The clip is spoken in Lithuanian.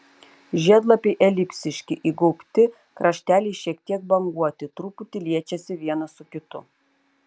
žiedlapiai elipsiški įgaubti krašteliai šiek tiek banguoti truputį liečiasi vienas su kitu